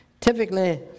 Typically